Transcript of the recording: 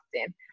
often